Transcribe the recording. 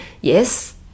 yes